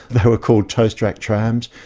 they were called toast-rack trams,